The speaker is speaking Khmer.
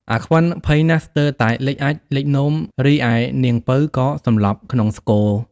អាខ្វិន ភ័យណាស់ស្មើរនឹងលេចអាចម៍លេចនោម រីឯនាងពៅ ក៏សន្លប់ក្នុងស្គរ។